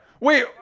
wait